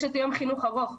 יש יום חינוך ארוך,